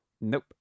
Nope